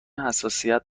حساسیت